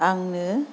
आंनो